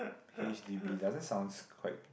H_D_B doesn't sounds quite